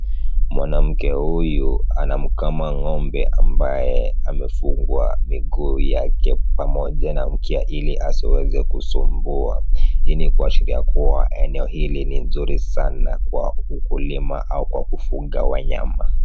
Mwanamke huyu anamkama ng'ombe ambaye amefungwa miguu yake pamoja na mkia ili asiweze kusumbua. Hii ni kuashiria kuwa eneo hili ni nzuri sana kwa ukulima au kwa kufuga wanyama.